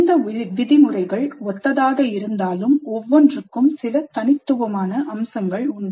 இந்த விதிமுறைகள் ஒத்ததாக இருந்தாலும் ஒவ்வொன்றுக்கும் சில தனித்துவமான அம்சங்கள் உண்டு